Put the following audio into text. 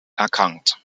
erkrankt